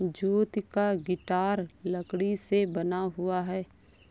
ज्योति का गिटार लकड़ी से बना हुआ है